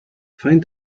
find